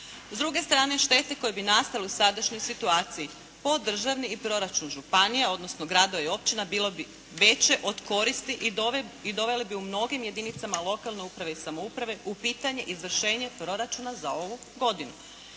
S druge strane, štete koje bi nastale u sadašnjoj situaciji po državni i proračun županije odnosno gradova i općine bile bi veće od koristi i dovele bi u mnogim jedinicama lokalne uprave i samouprave u pitanje izvršenje proračuna za ovu godinu.